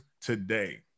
today